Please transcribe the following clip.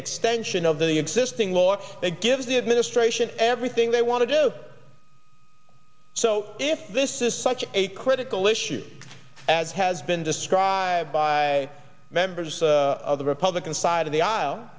extension of the existing law that gives it ministration everything they want to do so if this is such a critical issue as has been described by members of the republican side of the aisle